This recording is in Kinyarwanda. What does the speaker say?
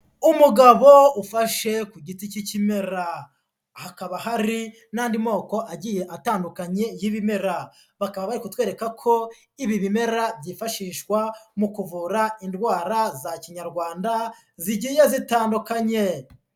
Umugabo ufashe ku giti cy'ikimera hakaba hari n'andi moko agiye atandukanye y'ibimera, bakaba bari kutwereka ko ibi bimera byifashishwa mu kuvura indwara za Kinyarwanda zigiye zitandukanye.